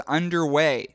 underway